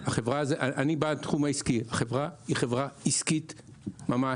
אני בא מהתחום העסקי, והחברה היא חברה עסקית ממש.